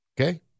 Okay